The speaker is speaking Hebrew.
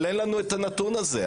אבל אין לנו הנתון הזה.